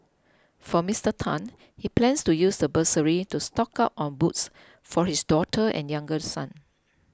for Mister Tan he plans to use the bursary to stock up on books for his daughter and younger son